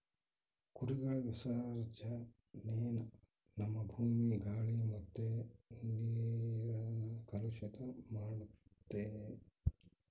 ಕುರಿಗಳ ವಿಸರ್ಜನೇನ ನಮ್ಮ ಭೂಮಿ, ಗಾಳಿ ಮತ್ತೆ ನೀರ್ನ ಕಲುಷಿತ ಮಾಡ್ತತೆ